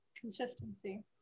Consistency